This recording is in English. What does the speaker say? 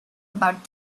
about